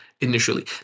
initially